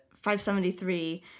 573